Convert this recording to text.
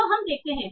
तो हम देखते हैं